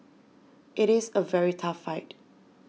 it is a very tough fight